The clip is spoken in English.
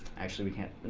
actually we can't